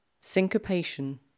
Syncopation